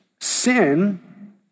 Sin